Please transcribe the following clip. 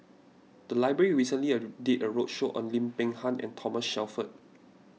the library recently did a roadshow on Lim Peng Han and Thomas Shelford